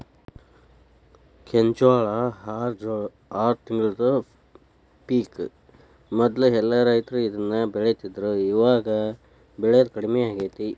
ಕೆಂಜ್ವಾಳ ಆರ ತಿಂಗಳದ ಪಿಕ್ ಮೊದ್ಲ ಎಲ್ಲಾ ರೈತರು ಇದ್ನ ಬೆಳಿತಿದ್ರು ಇವಾಗ ಬೆಳಿಯುದು ಕಡ್ಮಿ ಆಗೇತಿ